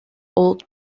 old